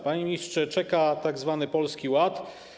Panie ministrze, czeka tzw. Polski Ład.